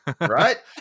right